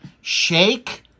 Shake